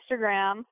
Instagram